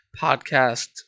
podcast